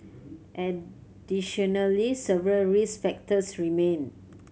additionally several risk factors remain